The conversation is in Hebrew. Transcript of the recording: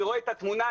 אני רואה את התמונה.